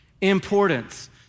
importance